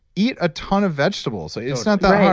eat a ton of vegetables. it's not that hard